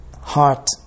heart